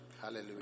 hallelujah